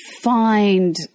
find